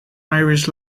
irish